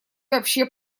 вообще